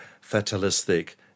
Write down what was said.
fatalistic